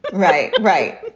right right.